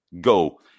go